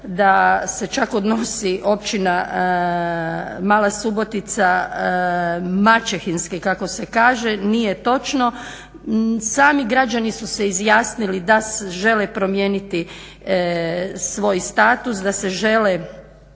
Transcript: da se čak odnosi općina Mala Subotica maćehinski kako se kaže nije točno. Sami građani su se izjasnili da žele promijeniti svoj status da se žele